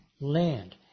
land